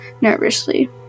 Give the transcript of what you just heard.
nervously